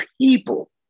people